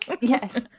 Yes